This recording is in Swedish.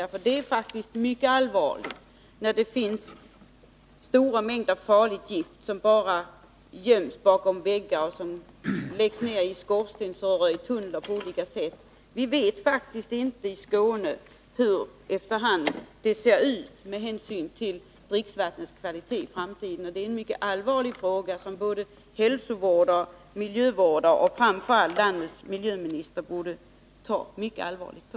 Det är mycket allvarligt när stora mängder farligt gift göms bakom väggar, i skorstensstockar, tunnlar och på olika sätt. Vi vet faktiskt inte hur det kommer att se ut med dricksvattnets kvalitet i Skåne i framtiden. Det är en fråga som både hälsovårdare och miljövårdare och framför allt landets miljöminister borde ta mycket allvarligt på.